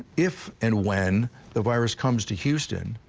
if and when the virus comes to houston.